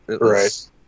Right